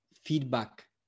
feedback